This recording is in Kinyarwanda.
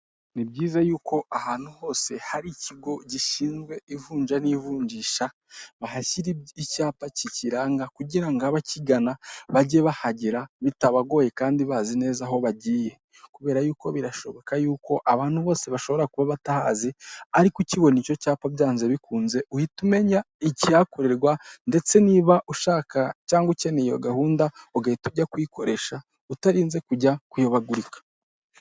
Ni byiza y'uko ahantu hose hari ikigo gishinzwe ivunja n'ivunjisha, bahashyira icyapa kikiranga kugira ngo abakigana bajye bahagera bitabagoye kandi bazi neza aho bagiye kubera y'uko birashoboka y'uko abantu bose bashobora kuba batahazi ariko ucyibona icyo cyapa, byanze bikunze uhita umenya icyihakorerwa ndetse niba ushaka cyangwa ukeneye gahunda ugahita ujya kuyikoresha utarinze kujya kuyobagurika.